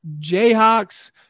Jayhawks